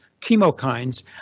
chemokines